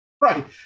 Right